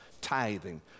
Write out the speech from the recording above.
tithing